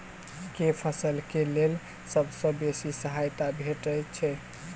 केँ फसल केँ लेल सबसँ बेसी सहायता भेटय छै?